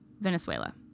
Venezuela